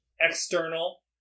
external